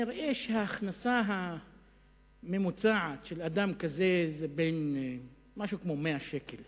נראה שההכנסה הממוצעת של אדם כזה היא משהו כמו 100 שקלים